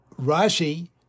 Rashi